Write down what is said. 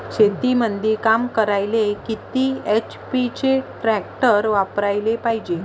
शेतीमंदी काम करायले किती एच.पी चे ट्रॅक्टर वापरायले पायजे?